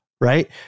right